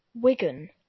Wigan